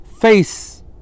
face